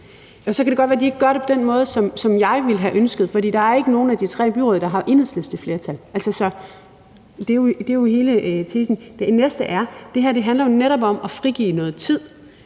Så kan det godt være, at de ikke gør det på den måde, som jeg ville have ønsket, for der er ikke nogen af de tre byråd, der har Enhedslisteflertal. Så det er jo hele pointen. For det andet handler det her jo netop om at frigive noget tid